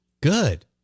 Good